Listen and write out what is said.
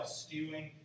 stewing